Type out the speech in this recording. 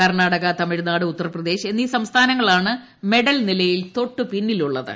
കർണ്ണാടക തമിഴ്നാട് ഉത്തർപ്രദേശ് എന്നീ സംസ്ഥാനങ്ങളാണ് മെഡൽ നിലയിൽ തൊട്ട് പിന്നിലുള്ളത്